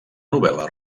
novel·la